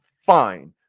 fine